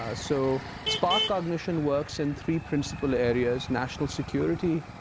ah so sparkcognition works in three principal areas, national security,